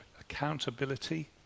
accountability